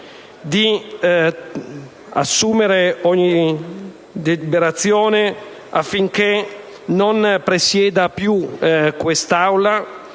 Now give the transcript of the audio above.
di assumere ogni deliberazione affinché egli non presieda più quest'Assemblea